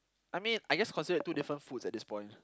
I mean I guess considered two different foods at this point